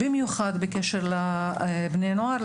ובמיוחד בקשר לבני הנוער,